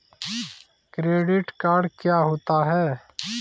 Credit card क्या होता है?